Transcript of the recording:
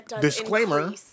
disclaimer